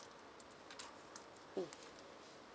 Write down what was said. mm